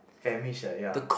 famished ah ya